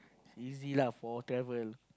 easy lah for travel